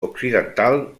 occidental